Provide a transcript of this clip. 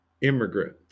immigrant